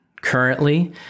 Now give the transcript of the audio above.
currently